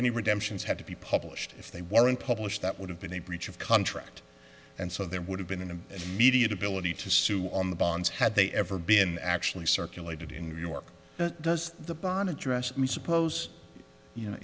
any redemptions have to be published if they weren't published that would have been a breach of contract and so there would have been a media to ability to sue on the bonds had they ever been actually circulated in new york does the bond address suppose you know